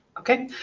okay.